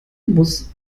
muss